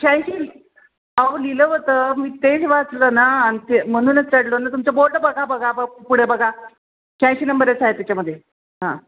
शहाऐंशी आहो लिहिलं होतं मी तेच वाचलं ना आणि ते म्हणूनच चढलो ना तुमचे बोर्ड बघा बघा बघा पु पुढे बघा शहाऐंशी नंबरच आहे त्याच्यामध्ये हां